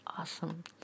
awesome